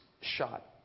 shot